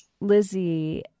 Lizzie